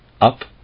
up